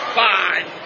five